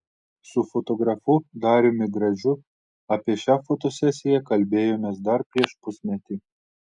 su fotografu dariumi gražiu apie šią fotosesiją kalbėjomės dar prieš pusmetį